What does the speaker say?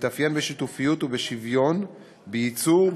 המתאפיין בשיתופיות ושוויון בייצור,